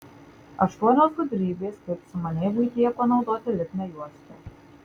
aštuonios gudrybės kaip sumaniai buityje panaudoti lipnią juostą